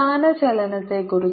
സ്ഥാനചലനത്തെക്കുറിച്ച്